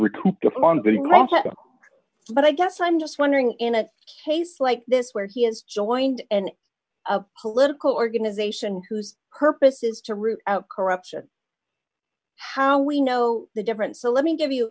process but i guess i'm just wondering in a case like this where he has joined an a political organization whose purpose is to root out corruption how we know the difference so let me give you